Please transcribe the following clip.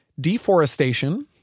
Deforestation